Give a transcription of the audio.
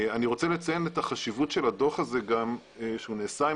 אני רוצה לציין את החשיבות של הדוח הזה שנעשה עם